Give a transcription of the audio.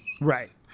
right